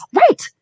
Right